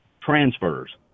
transfers